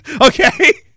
Okay